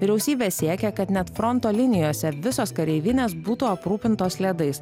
vyriausybė siekia kad net fronto linijose visos kareivinės būtų aprūpintos ledais